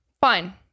Fine